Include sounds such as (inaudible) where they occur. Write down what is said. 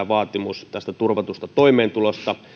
(unintelligible) vaatimus tästä turvatusta toimeentulosta